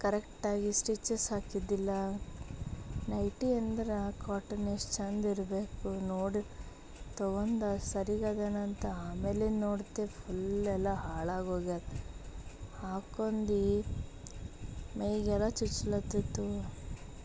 ಕರೆಕ್ಟಾಗಿ ಸ್ಟಿಚಸ್ ಹಾಕಿದ್ದಿಲ್ಲ ನೈಟಿ ಸಣ್ದೇ ಅಂದರೆ ಕಾಟನ್ ಎಷ್ಟು ಚೆಂದಿರ್ಬೇಕು ನೋಡಿ ತೊಗೊಂಡೆ ಸರಿಗದೇನು ಅಂತ ಆಮೇಲೆ ನೋಡ್ತೆ ಫುಲ್ಲ್ ಎಲ್ಲ ಹಾಳಾಗೋಗಿದೆ ಹಾಕ್ಕೊಂಡು ಮೈಗೆಲ್ಲ ಚುಚ್ಲತಿತ್ತು